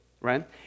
right